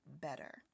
better